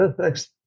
thanks